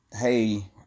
hey